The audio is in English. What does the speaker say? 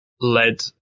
led